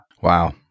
Wow